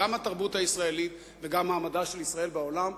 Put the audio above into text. גם התרבות הישראלית וגם מעמדה של ישראל בעולם.